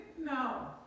No